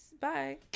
bye